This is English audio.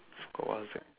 forgot what is that